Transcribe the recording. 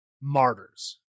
martyrs